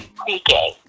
speaking